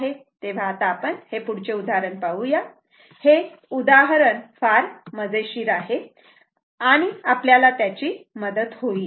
तेव्हा आता आपण हे पुढचे उदाहरण पाहूया हे उदाहरण फार मजेशीर आहे आणि आपल्याला त्याची बरीच मदत होईल